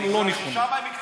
אני מכיר את החוק.